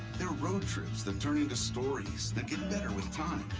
they're road trips that turn into stories that get better with time.